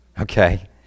Okay